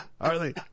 Harley